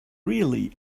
really